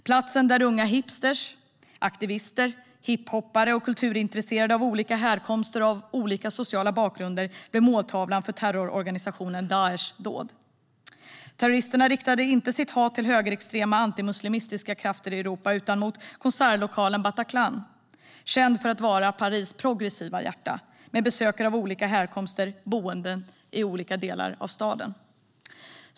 Platsen där unga hipsters, aktivister, hiphopare och kulturintresserade av olika härkomster och sociala bakgrunder blev måltavla för terrororganisationen Daishs dåd. Terroristerna riktade inte sitt hat till högerextrema antimuslimistiska krafter i Europa utan mot konsertlokalen Bataclan, känd för att vara Paris progressiva hjärta med besökare av olika härkomster och boende i olika delar av staden.